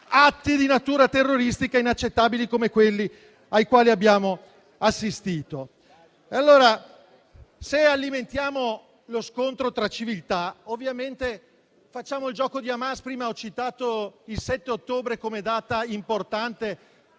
atti di natura terroristica inaccettabili come quelli ai quali abbiamo assistito. Se alimentiamo lo scontro tra civiltà, ovviamente facciamo il gioco di Hamas. Prima ho citato il 7 ottobre come data importante